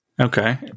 Okay